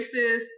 racist